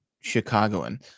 Chicagoan